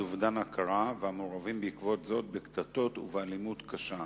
אובדן הכרה והמעורבים בעקבות זאת בקטטות ובאלימות קשה,